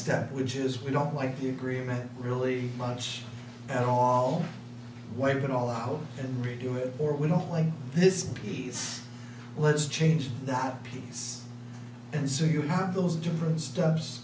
step which is we don't like the agreement really much at all where we can all hope and redo it or we don't like this piece let's change that piece and so you have those different steps